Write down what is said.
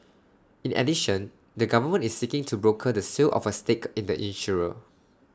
in addition the government is seeking to broker the sale of A stake in the insurer